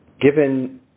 given